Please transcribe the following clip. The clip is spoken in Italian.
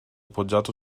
poggiato